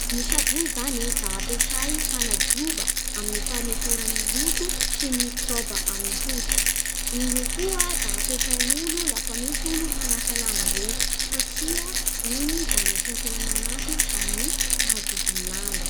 Ny savony zany e da ampiasay hanadiova amin'ny fanesora ny loto sy ny mikraoba amin'ny hoditsy. I io koa da ampiasain'olo lafa misy olo hanasa lamba regny satria igny da anisan'ny tena manampy amin'ny fahadiovan'ny lamba.